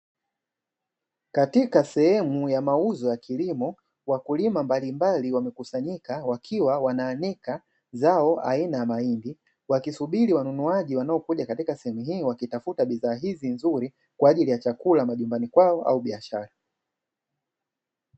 Katika sehumu ya mauzo ya kilimo, wakulima mbimbali wamekusaanyika wakiwa wanaanika zao aina ya mahindi, wakisubiri wanunuaji wanaokuja katika wakitafua bidhaa hizi nzuri kwaajili ya chakula majumbani kwao au biashara.